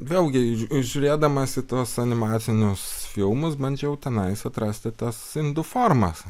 vėlgi žiūrėdamas į tuos animacinius filmus bandžiau tenais atrasti tas indų formas